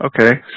Okay